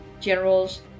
generals